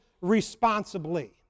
responsibly